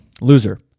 loser